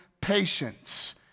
patience